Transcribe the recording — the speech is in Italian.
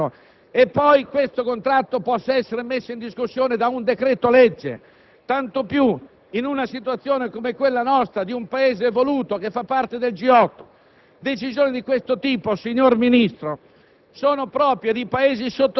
immaginare che due parti private sottoscrivano un contratto che poi può essere messo in discussione da un decreto-legge, tanto più nella situazione - come la nostra - di un Paese evoluto, che fa parte del G8.